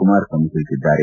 ಕುಮಾರಸ್ವಾಮಿ ತಿಳಿಸಿದ್ದಾರೆ